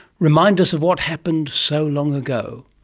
reminders of what happened so long ago.